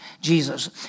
Jesus